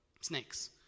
snakes